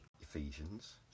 Ephesians